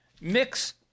mix